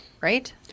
right